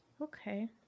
Okay